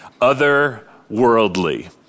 Otherworldly